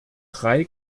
drei